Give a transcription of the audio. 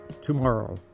tomorrow